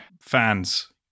Fans